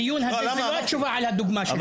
בדיון הזה זאת לא התשובה על הדוגמה שנתתי.